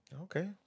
Okay